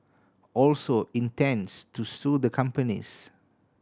also intends to sue the companies